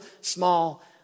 small